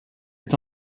est